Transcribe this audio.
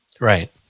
Right